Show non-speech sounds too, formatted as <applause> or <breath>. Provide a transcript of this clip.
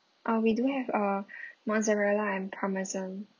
uh we do have uh <breath> mozzarella and parmesan